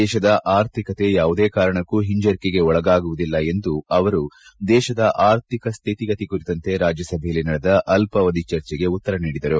ದೇಶದ ಆರ್ಥಿಕತೆ ಯಾವುದೇ ಕಾರಣಕ್ಕೂ ಹಿಂಜರಿಕೆಗೆ ಒಳಗಾಗುವುದಿಲ್ಲ ಎಂದು ಅವರು ದೇಶದ ಆರ್ಥಿಕ ಸ್ಥಿತಿಗತಿ ಕುರಿತಂತೆ ರಾಜ್ಯಸಭೆಯಲ್ಲಿ ನಡೆದ ಅಲ್ವಾ ವಧಿ ಚರ್ಚೆಗೆ ಉತ್ತರ ನೀಡಿದರು